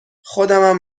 خودمم